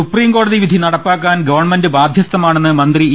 സുപ്രീംകോടതി വിധി നടപ്പാക്കാൻ ഗവൺമെന്റ് ബാധ്യ സ്ഥമാണെന്ന് മന്ത്രി ഇ